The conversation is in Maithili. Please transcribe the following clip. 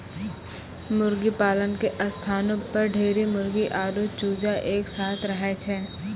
मुर्गीपालन के स्थानो पर ढेरी मुर्गी आरु चूजा एक साथै रहै छै